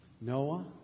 Noah